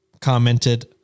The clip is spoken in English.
commented